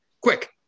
quick